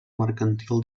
mercantil